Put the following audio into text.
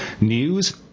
news